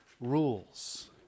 rules